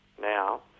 now